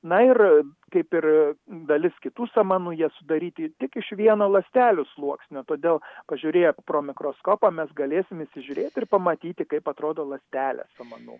na ir kaip ir dalis kitų samanų jie sudaryti tik iš vieno ląstelių sluoksnio todėl pažiūrėję pro mikroskopą mes galėsim įsižiūrėti ir pamatyti kaip atrodo ląstelės samanų